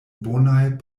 bonaj